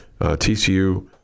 TCU